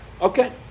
Okay